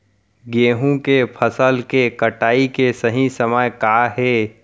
गेहूँ के फसल के कटाई के सही समय का हे?